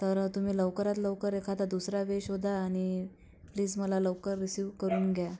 तर तुम्ही लवकरात लवकर एखादा दुसरा वे शोधा आणि प्लीज मला लवकर रिसीव करून घ्या